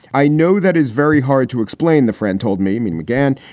i know that is very hard to explain. the friend told me mean mcgann,